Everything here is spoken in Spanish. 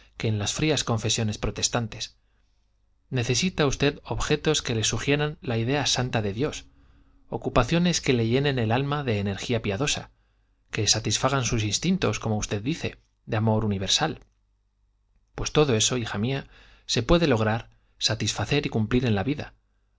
que en las frías confesiones protestantes necesita usted objetos que le sugieran la idea santa de dios ocupaciones que le llenen el alma de energía piadosa que satisfagan sus instintos como usted dice de amor universal pues todo eso hija mía se puede lograr satisfacer y cumplir en la vida